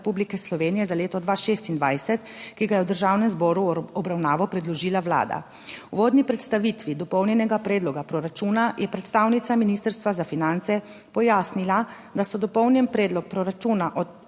dopolnjenega predloga proračuna je predstavnica Ministrstva za finance pojasnila, da se dopolnjen predlog proračuna od